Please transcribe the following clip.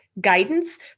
guidance